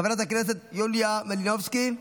חברת הכנסת יוליה מלינובסקי,